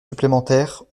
supplémentaires